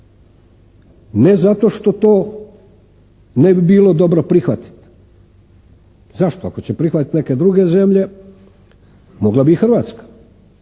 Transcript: Ne zato što to ne bi bilo dobro prihvatiti. Zašto? Ako će prihvatiti neke druge zemlje mogla bi i Hrvatska,